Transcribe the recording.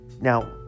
Now